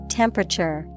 temperature